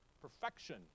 perfection